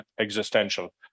existential